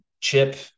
Chip